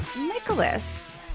Nicholas